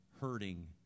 hurting